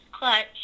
clutch